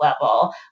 level